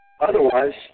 Otherwise